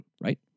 right